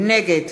נגד